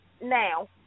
Now